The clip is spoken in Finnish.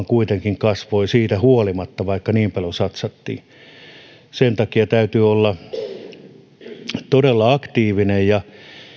kuitenkin vain kasvoi siitä huolimatta vaikka niin paljon satsattiin sen takia täytyy olla todella aktiivinen ja